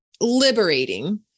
liberating